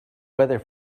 weather